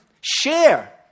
share